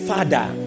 Father